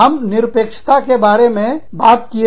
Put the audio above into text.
हम निरपेक्षता के बारे में बात किया है